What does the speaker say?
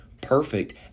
perfect